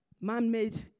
man-made